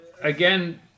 again